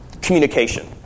communication